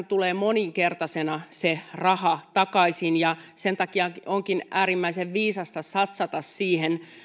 tulee moninkertaisena takaisin ja sen takia onkin äärimmäisen viisasta satsata siihen